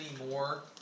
anymore